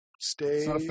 stay